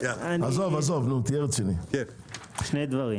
שני דברים.